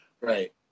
Right